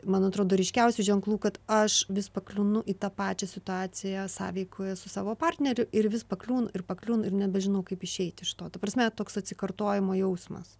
man atrodo ryškiausių ženklų kad aš vis pakliūnu į tą pačią situaciją sąveikoje su savo partneriu ir vis pakliūnu ir pakliūnu ir nebežinau kaip išeiti iš to ta prasme toks atsikartojimo jausmas